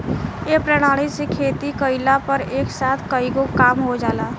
ए प्रणाली से खेती कइला पर एक साथ कईगो काम हो जाला